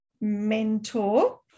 mentor